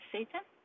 Satan